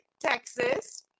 Texas